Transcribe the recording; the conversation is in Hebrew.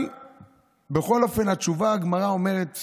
אבל בכל אופן התשובה, הגמרא אומרת